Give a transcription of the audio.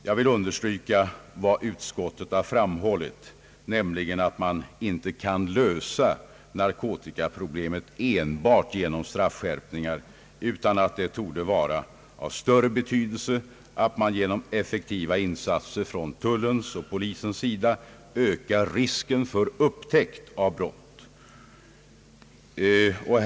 Jag vill understryka vad utskottet har framhållit, nämligen att narkotikaproblemet inte kan lösas enbart genom straffskärpning utan att det torde vara av större betydelse att man genom effektiva insatser från tullens och polisens sida kan öka risken för upptäckt av brott.